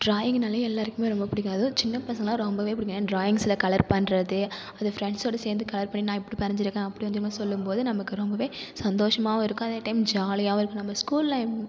டிராயிங்குனாலே எல்லாருக்குமே ரொம்ப பிடிக்கும் அதுவும் சின்ன பசங்களாம் ரொம்பவே பிடிக்கும் ஏன்னா டிராயிங்ஸில் கலர் பண்றது அது ஃப்ரெண்ட்ஸோட சேர்ந்து கலர் பண்ணி நான் இப்படி வரஞ்சிருக்கேன் அப்படி வரஞ்சு இருக்கேன்னு சொல்லும்போது நமக்கு ரொம்பவே சந்தோஷமாகவும் இருக்கும் அதே டைம் ஜாலியாகவும் இருக்கும் நம்ம ஸ்கூலில்